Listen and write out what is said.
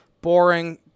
Boring